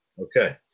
Okay